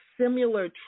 similar